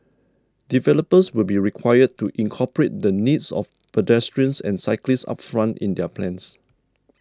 developers will be required to incorporate the needs of pedestrians and cyclists upfront in their plans